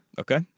Okay